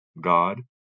God